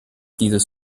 dieses